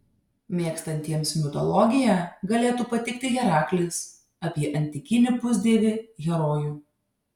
mėgstantiems mitologiją galėtų patikti heraklis apie antikinį pusdievį herojų